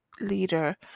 leader